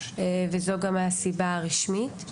וזאת גם הסיבה הרשמית.